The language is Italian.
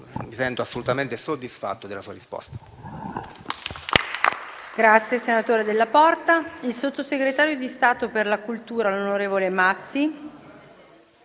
dichiaro assolutamente soddisfatto della sua risposta.